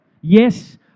Yes